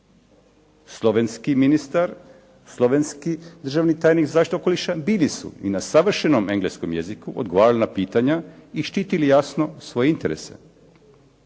Slovenski ministar, slovenski državni tajnik, zašto … /Govornik se ne razumije./ … savršenom Engleskom jeziku odgovarali na pitanja i štitili jasno svoje interese.